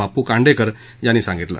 बापू कांडेकर यांनी सांगितलं